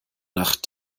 nach